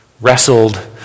wrestled